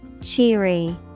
Cheery